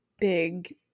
big